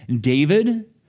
David